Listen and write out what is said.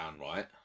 right